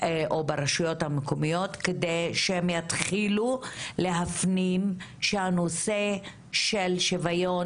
או ברשויות המקומיות כדי שהם יתחילו להפנים שהנושא של שוויון